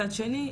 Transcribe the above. מצד שני,